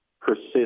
persist